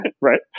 Right